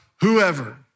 whoever